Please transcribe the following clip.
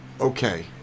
Okay